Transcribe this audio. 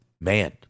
Man